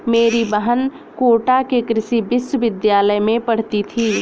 मेरी बहन कोटा के कृषि विश्वविद्यालय में पढ़ती थी